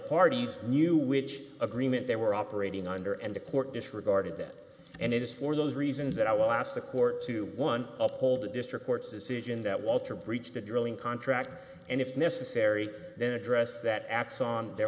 parties knew which agreement they were operating under and the court disregarded that and it is for those reasons that i will ask the court to one up hold the district court's decision that walter breached the drilling contract and if necessary then address that axon there